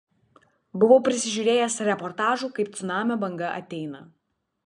buvau prisižiūrėjęs reportažų kaip cunamio banga ateina